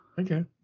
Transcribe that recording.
Okay